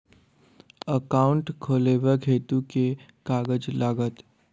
Account खोलाबक हेतु केँ कागज लागत?